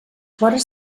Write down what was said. vores